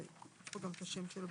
Statistical Manual of Mental Disorder